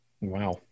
wow